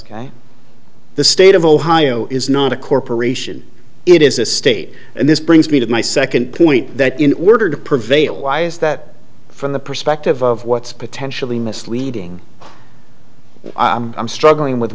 the state of ohio is not a corporation it is a state and this brings me to my second point that in order to prevail why is that from the perspective of what's potentially misleading i'm struggling with